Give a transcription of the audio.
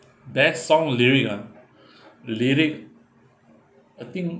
that song lyric ah lyric I think